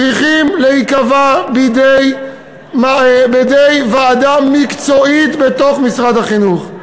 צריכים להיקבע בידי ועדה מקצועית בתוך משרד החינוך.